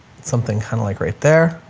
something kind of like right there